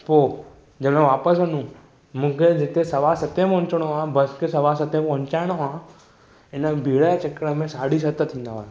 पोइ जंहिं महिल वापसि वञ मूंखे जिते सवा सते पहुचणो आहे बस खे सवा सते पहुचाइणो हिन भीड़ जे चकर में साढी सत थींदा हुआ